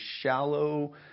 shallow